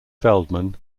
feldman